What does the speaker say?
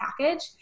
package